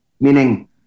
meaning